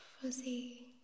fuzzy